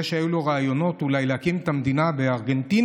שהיו לו רעיונות אולי להקים את המדינה בארגנטינה